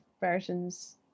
versions